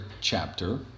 chapter